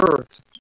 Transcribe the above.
earth